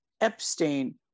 Epstein